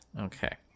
Okay